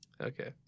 Okay